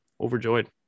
overjoyed